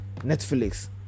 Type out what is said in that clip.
netflix